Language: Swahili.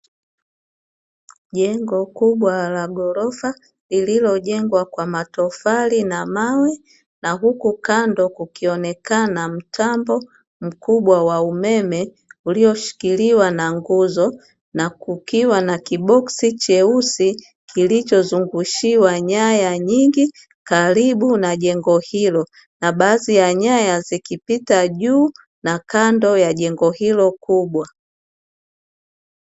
Jengo kubwa la ghorofa lililojengwa kwa matofali na mawe na huku kando kukionekana mtambo mkubwa wa umeme ulioshikiliwa na nguzo, na kukiwa na kiboksi cheusi kilichozungushiwa nyanya nyingi karibu na jengo hilo, na baadhi ya nyaya zikipita juu na kando ya jengo hilo kubwa.